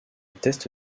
test